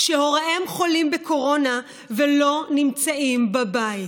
שהוריהם חולים בקורונה ולא נמצאים בבית.